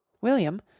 william